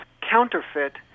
counterfeit